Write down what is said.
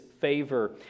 favor